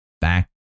back